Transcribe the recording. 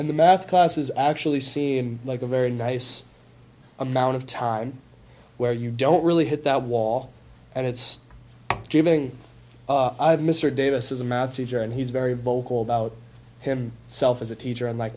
and the math classes actually seem like a very nice amount of time where you don't really hit that wall and it's giving mr davis is a math teacher and he's very vocal about him self as a teacher and like